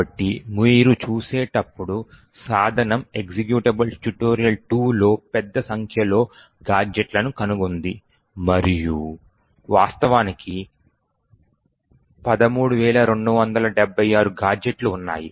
కాబట్టి మీరు చూసేటప్పుడు సాధనం ఎక్జిక్యూటబుల్ tut2 లో పెద్ద సంఖ్యలో గాడ్జెట్లను కనుగొంది మరియు వాస్తవానికి 13276 గాడ్జెట్లు ఉన్నాయి